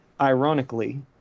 Ironically